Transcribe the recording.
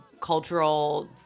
cultural